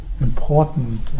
important